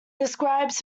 describes